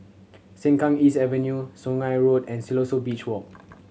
Sengkang East Avenue Sungei Road and Siloso Beach Walk